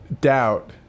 doubt